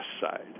side